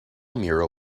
mural